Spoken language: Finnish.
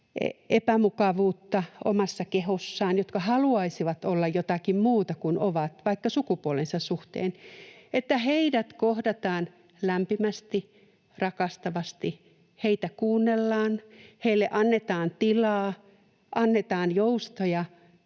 epämukavuutta omassa kehossaan, jotka haluaisivat olla jotakin muuta kuin ovat, vaikka sukupuolensa suhteen, kohdataan lämpimästi, rakastavasti, heitä kuunnellaan, heille annetaan tilaa, annetaan joustoja,